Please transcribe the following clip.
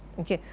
ok,